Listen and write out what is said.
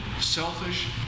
selfish